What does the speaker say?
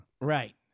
Right